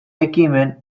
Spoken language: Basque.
ekimen